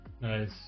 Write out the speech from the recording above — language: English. Nice